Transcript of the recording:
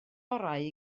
orau